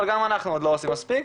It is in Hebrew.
אבל גם אנחנו לא עושים מספיק,